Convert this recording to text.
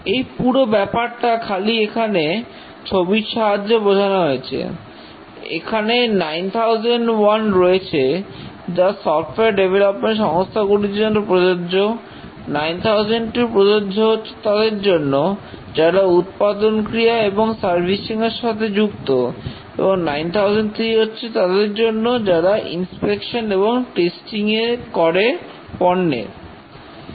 এই পুরো ব্যাপারটা খালি এখানে ছবির সাহায্যে বোঝানো হয়েছে এখানে 9001 রয়েছে যা সফটওয়্যার ডেভেলপমেন্ট সংস্থাগুলির জন্য প্রযোজ্য 9002 প্রযোজ্য হচ্ছে তাদের জন্য যারা উৎপাদন ক্রিয়া এবং সার্ভিসিং এর সাথে যুক্ত এবং 9003 হচ্ছে তাদের জন্য যারা ইনস্পেকশন ও টেস্টিং করে পণ্যের